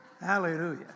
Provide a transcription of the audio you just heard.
Hallelujah